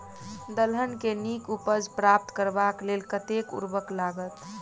दलहन केँ नीक उपज प्राप्त करबाक लेल कतेक उर्वरक लागत?